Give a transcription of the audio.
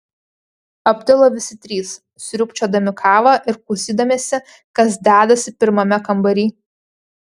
aptilo visi trys sriubčiodami kavą ir klausydamiesi kas dedasi pirmame kambary